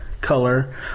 color